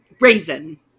Raisin